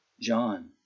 John